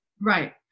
Right